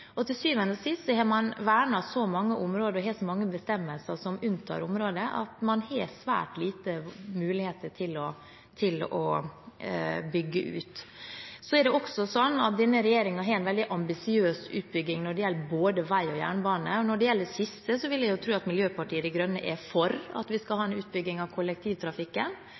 og til syvende og sist har man vernet så mange områder og har så mange bestemmelser som unntar området, at man har svært få muligheter til å bygge ut. Det er også sånn at denne regjeringen har en veldig ambisiøs utbygging når det gjelder både vei og jernbane, og når det gjelder det siste, vil jeg jo tro at Miljøpartiet De Grønne er for at vi skal ha en utbygging av kollektivtrafikken.